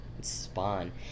spawn